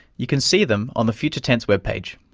you can see them on the future tense webpage.